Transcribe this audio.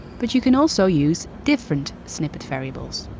but you can also use different snippet variables.